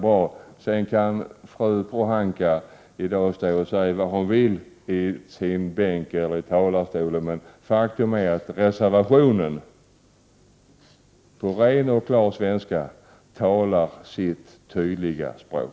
Fru Pohanka kan stå i sin bänk eller i talarstolen och säga vad hon vill. Men faktum är att miljöpartiets reservation på ren och klar svenska talar sitt tydliga språk.